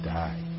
die